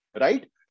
right